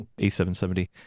A770